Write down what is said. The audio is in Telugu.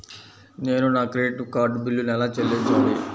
నేను నా క్రెడిట్ కార్డ్ బిల్లును ఎలా చెల్లించాలీ?